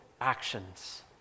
actions